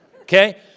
Okay